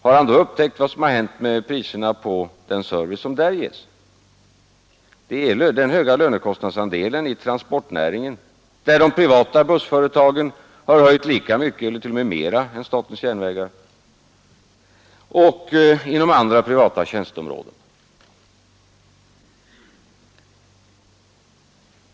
Har han då upptäckt vad som har hänt med priserna på den service som där ges? Jag kan nämna transportnäringen med dess höga lönekostnadsandel, där ju de privata bussföretagen har höjt lika mycket eller t.o.m. mer än statens järnvägar, och andra privata tjänsteområden.